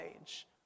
age